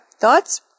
thoughts